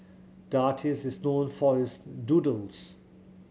the artist is known for his doodles